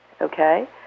Okay